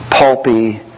Pulpy